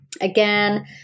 Again